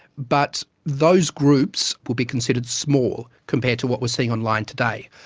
but those groups would be considered small compared to what we're seeing online today.